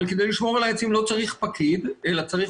אבל כדי לשמור על העצים לא צריך פקיד אלא צריך